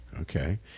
Okay